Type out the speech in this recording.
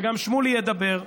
וגם שמולי ידבר,